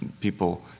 people